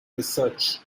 research